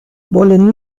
wollen